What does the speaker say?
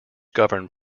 govern